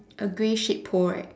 a grey shape pole right